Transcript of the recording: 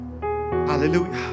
Hallelujah